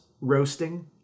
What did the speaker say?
roasting